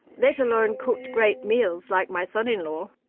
let alone cooked great meals like my son-in-law.